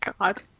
God